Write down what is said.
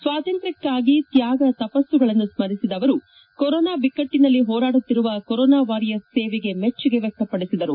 ಸ್ವಾತಂತ್ರ್ಯಕ್ಕಾಗಿ ತ್ಯಾಗ ತಪಸ್ಸುಗಳನ್ನು ಸ್ಮರಿಸಿದ ಅವರು ಕೊರೊನಾ ಬಿಕ್ಕಟ್ಟಿನಲ್ಲಿ ಹೋರಾಡುತ್ತಿರುವ ಕೊರೊನಾ ವಾರಿಯರ್ಸ್ ಸೇವೆಗೆ ಮೆಚ್ಚುಗೆ ವ್ಯಕ್ತಪಡಿಸಿದರು